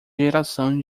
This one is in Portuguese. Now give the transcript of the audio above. geração